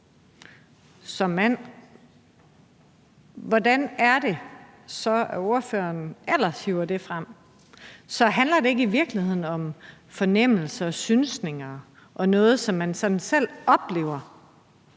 som mand? Hvorfor er det ellers, at ordføreren hiver det frem? Så handler det i virkeligheden ikke om fornemmelser og synsninger og noget, som man sådan selv oplever?